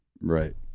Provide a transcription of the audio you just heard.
right